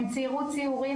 הם ציירו ציורים,